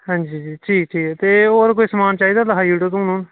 आं जी आं जी ते कोई होर समान चाहिदा ते लिखाई लैयो स्हानू